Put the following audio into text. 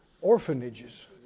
orphanages